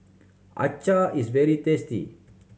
acar is very tasty